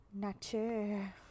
Nature